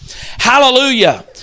Hallelujah